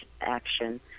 action